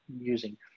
using